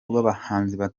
rw’abahanzi